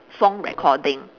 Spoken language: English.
song recording